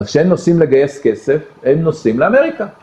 אז שהם נוסעים לגייס כסף, הם נוסעים לאמריקה.